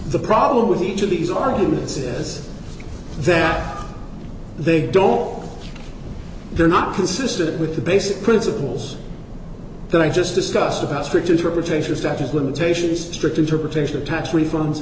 the problem with each of these arguments is that they don't they're not consistent with the basic principles that i just discussed about strict interpretation status limitations a strict interpretation of tax refunds